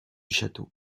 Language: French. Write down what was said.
chateau